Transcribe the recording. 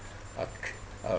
a a